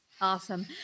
Awesome